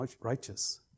righteous